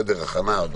הכנה,